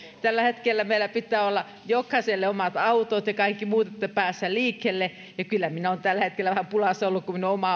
tällä hetkellä meillä pitää olla jokaiselle omat autot ja kaikki muut että päästään liikkeelle ja kyllä minä olen tällä hetkellä vähän pulassa ollut kun minun oma